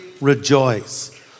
Rejoice